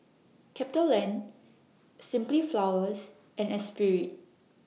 CapitaLand Simply Flowers and Espirit